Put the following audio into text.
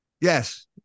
Yes